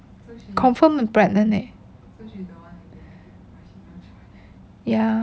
confirm pregnant leh ya